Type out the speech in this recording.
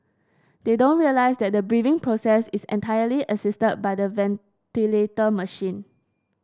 they don't realise that the breathing process is entirely assisted by the ventilator machine